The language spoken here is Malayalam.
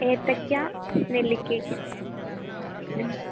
ഏത്തയ്ക്ക നെല്ലിക്കയൊക്കെ മ്മ്